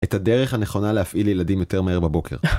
את הדרך הנכונה להפעיל ילדים יותר מהר בבוקר.